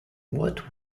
what